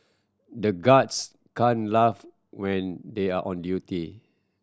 the guards can't laugh when they are on duty